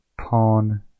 pawn